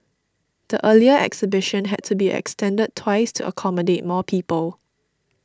the earlier exhibition had to be extended twice to accommodate more people